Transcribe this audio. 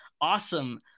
awesome